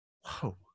Whoa